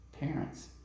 parents